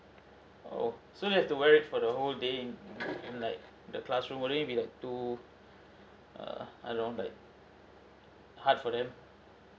okay so they have to wear it for the whole day in like the classroom won't it be like too err I don't know like hard for them